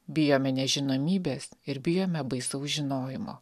bijome nežinomybės ir bijome baisaus žinojimo